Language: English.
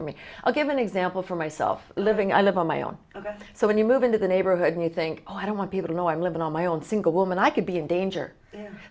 for me i'll give an example for myself living i live on my own so when you move into the neighborhood and you think oh i don't want people to know i'm living on my own single woman i could be in danger